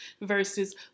versus